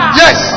yes